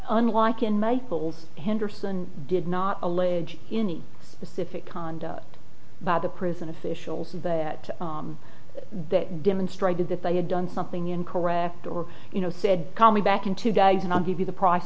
unlike in michael's henderson did not allege any specific conduct by the prison officials and that they demonstrated that they had done something incorrect or you know said call me back into diet and i'll give you the price